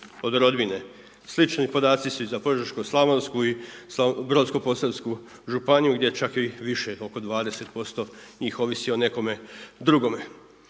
od rodbine. Slični podaci su i za Požeško-slavonsku i Brodsko-posavsku županiju gdje čak i više oko 20% njih ovisi o nekome drugome.